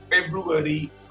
february